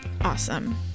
Awesome